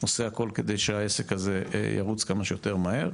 עושה הכול כדי שהעסק הזה ירוץ כמה שיותר מהר,.